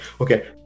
Okay